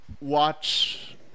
watch